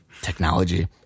Technology